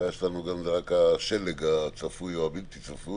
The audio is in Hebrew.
הבעיה שלנו זה רק השלג הצפוי או הבלתי-צפוי,